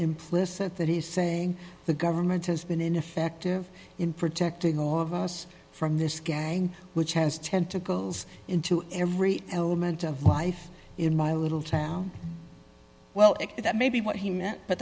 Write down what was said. implicit that he's saying the government has been ineffective in protecting all of us from this gang which has tentacles into every element of life in my little town well that may be what he meant but